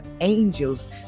angels